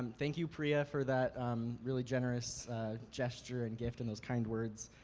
and thank you priya for that really generous gesture, and gift and those kind words.